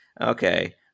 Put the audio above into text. Okay